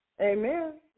Amen